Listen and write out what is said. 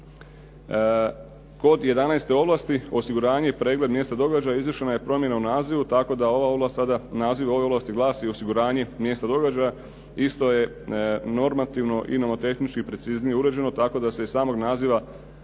Kod 11. ovlasti, osiguranje i pregled mjesta događaja izvršena je promjena u nazivu, tako da ova ovlast, naziv ove ovlasti glasi osiguranje mjesta događaja. Isto je normativno i nomotehnički preciznije uređeno, tako da se iz samog naziva ovlasti